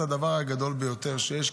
הוא הדבר הגדול ביותר שיש,